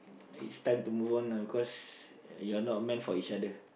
is time to move on lah cause you're not meant for each other